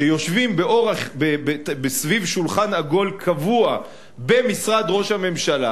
שיושבים סביב שולחן עגול קבוע במשרד ראש הממשלה